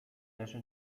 leży